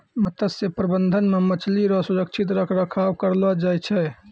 मत्स्य प्रबंधन मे मछली रो सुरक्षित रख रखाव करलो जाय छै